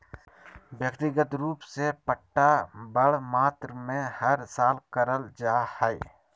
व्यक्तिगत रूप से पट्टा बड़ मात्रा मे हर साल करल जा हय